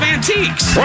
Antiques